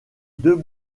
deux